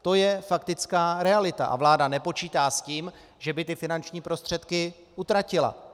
To je faktická realita a vláda nepočítá s tím, že by ty finanční prostředky utratila.